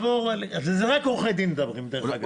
רק עורכי דין מדברים דרך אגב.